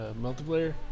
multiplayer